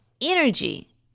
energy